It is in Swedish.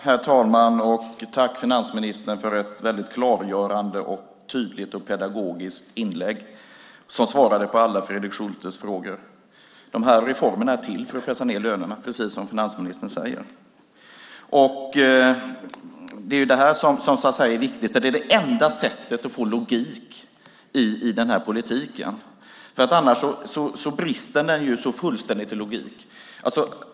Herr talman! Tack, finansministern, för ett väldigt klargörande, tydligt och pedagogiskt inlägg som svarade på alla Fredrik Schultes frågor! De här reformerna är till för att pressa ned lönerna, precis som finansministern säger. Det är viktigt. Det är det enda sättet att få logik i den här politiken, annars brister den fullständigt i logik.